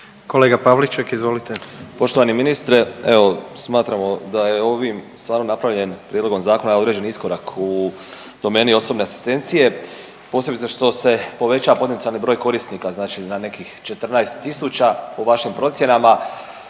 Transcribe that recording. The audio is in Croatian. suverenisti)** Poštovani ministre, evo smatramo da je ovim stvarno napravljen prijedlogom zakona određen iskorak u domeni osobne asistencije, posebice što se povećava potencijalni broj korisnika znači na nekih 14 tisuća po vašim procjenama,